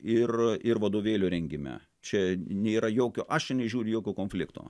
ir ir vadovėlių rengime čia nėra jokio aš čia neįžiūriu jokio konflikto